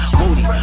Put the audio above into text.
moody